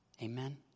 Amen